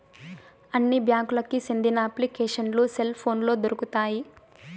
అన్ని బ్యాంకులకి సెందిన అప్లికేషన్లు సెల్ పోనులో దొరుకుతాయి